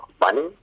money